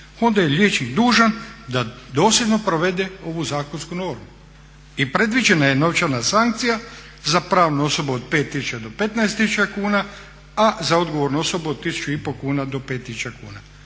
Onda je liječnik dužan da dosljedno provede ovu zakonsku normu. I predviđena je novčana sankcija za pravnu osobu od 5000 do 15000 kuna, a za odgovornu osobu od 1500 kuna do 5000 kuna.